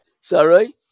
Sorry